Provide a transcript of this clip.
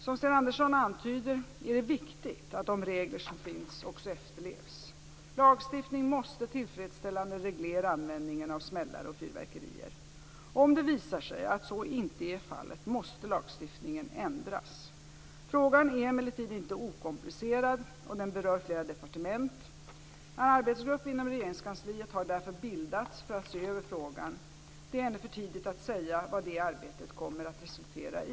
Som Sten Andersson antyder är det viktigt att de regler som finns också efterlevs. Lagstiftningen måste tillfredsställande reglera användningen av smällare och fyrverkerier. Om det visar sig att så inte är fallet måste lagstiftningen ändras. Frågan är emellertid inte okomplicerad, och den berör flera departement. En arbetsgrupp inom Regeringskansliet har därför bildats för att se över frågan. Det är ännu för tidigt att säga vad det arbetet kommer att resultera i.